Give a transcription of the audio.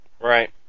Right